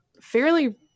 fairly